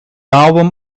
album